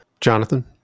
Jonathan